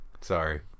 Sorry